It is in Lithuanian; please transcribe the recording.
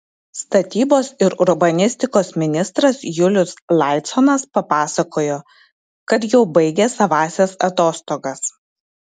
statybos ir urbanistikos ministras julius laiconas papasakojo kad jau baigė savąsias atostogas